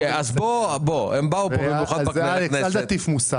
אז אל תטיף מוסר.